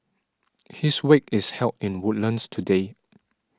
his wake is held in Woodlands today